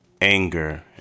anger